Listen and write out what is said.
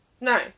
no